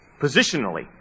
Positionally